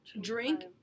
drink